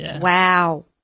Wow